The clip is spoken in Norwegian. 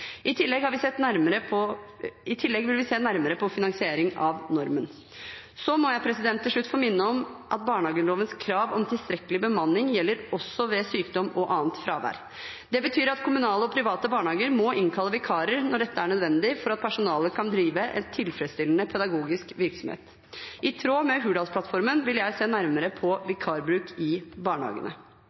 I tillegg vil vi se nærmere på finansiering av normen. Så må jeg til slutt få minne om at barnehagelovens krav om tilstrekkelig bemanning også gjelder ved sykdom og annet fravær. Det betyr at kommunale og private barnehager må innkalle vikarer når dette er nødvendig for at personalet kan drive en tilfredsstillende pedagogisk virksomhet. I tråd med Hurdalsplattformen vil jeg se nærmere på vikarbruk i barnehagene.